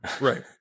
Right